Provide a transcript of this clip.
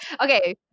Okay